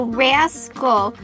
rascal